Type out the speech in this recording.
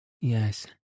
Yes